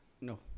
No